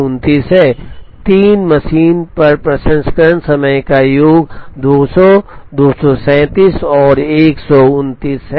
3 3 मशीनों पर प्रसंस्करण समय का योग 200 237 और 129 हैं